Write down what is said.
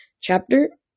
chapter